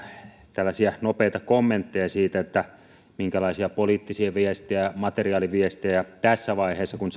nopeita kommentteja siitä minkälaisia poliittisia viestejä ja materiaaliviestejä tässä vaiheessa kun